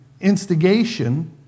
instigation